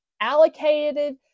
allocated